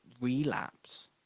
relapse